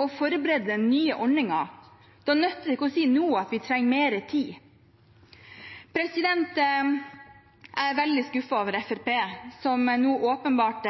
å forberede den nye ordningen? Da nytter det ikke å si nå at man trenger mer tid. Jeg er veldig skuffet over Fremskrittspartiet, som nå åpenbart